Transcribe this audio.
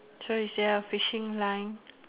so is there a fishing line